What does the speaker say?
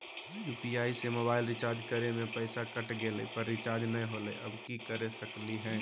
UPI से mobile recharge करे में पैसा कट गेलई, पर रिचार्ज नई होलई, अब की कर सकली हई?